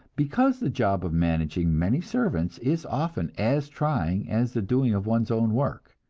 because the job of managing many servants is often as trying as the doing of one's own work.